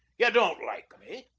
ye don't like me,